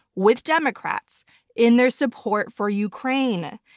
with democrats in their support for ukraine.